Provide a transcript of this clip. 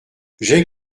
j’ai